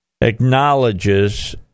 acknowledges